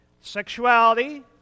sexuality